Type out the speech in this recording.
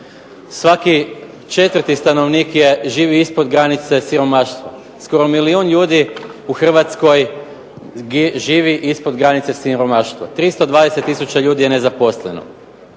Svaki četvrti stanovnik živi ispod granice siromaštva, skoro milijun ljudi u Hrvatskoj živi ispod granice siromaštva. 320 tisuća ljudi je nezaposleno.